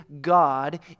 God